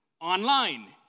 online